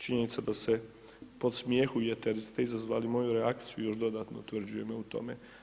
Činjenica da se podsmjehujete jer ste izazvali moju reakciju još dodatno utvrđuje me u tome.